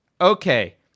okay